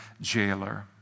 jailer